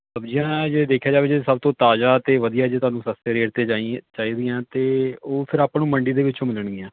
ਸਬਜ਼ੀਆਂ ਜੇ ਦੇਖਿਆ ਜਾਵੇ ਜਿਹੜੀਆਂ ਸਭ ਤੋਂ ਤਾਜ਼ਾ ਅਤੇ ਵਧੀਆ ਜੇ ਤੁਹਾਨੂੰ ਸਸਤੇ ਰੇਟ ਅਤੇ ਜਾਈ ਚਾਹੀਦੀਆਂ ਅਤੇ ਉਹ ਫਿਰ ਆਪਾਂ ਨੂੰ ਮੰਡੀ ਦੇ ਵਿੱਚੋਂ ਮਿਲਣਗੀਆਂ